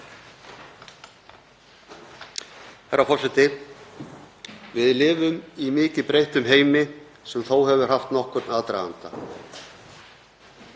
Herra forseti. Við lifum í mikið breyttum heimi sem þó hefur haft nokkurn aðdraganda.